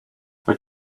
what